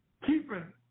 Keeping